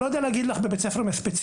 אני לא יודע להגיד לך בבית ספר ספציפי.